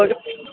okay